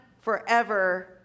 forever